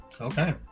Okay